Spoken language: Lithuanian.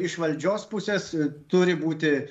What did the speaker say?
iš valdžios pusės turi būti